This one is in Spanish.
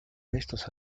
restos